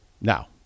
Now